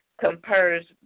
compares